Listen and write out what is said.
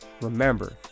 remember